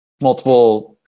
multiple